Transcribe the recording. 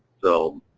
so,